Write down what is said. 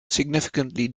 significantly